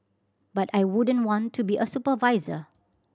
but I wouldn't want to be a supervisor